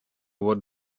what